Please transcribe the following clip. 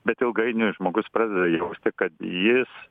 bet ilgainiui žmogus pradeda jausti kad jis